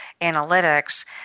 analytics